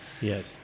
Yes